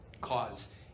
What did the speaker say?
cause